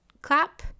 clap